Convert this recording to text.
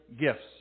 gifts